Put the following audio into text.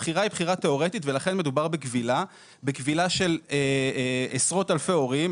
הבחירה היא בחירה תיאורטית ולכן מדובר בכבילה של עשרות אלפי הורים,